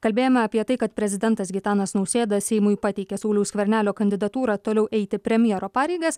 kalbėjome apie tai kad prezidentas gitanas nausėda seimui pateikė sauliaus skvernelio kandidatūrą toliau eiti premjero pareigas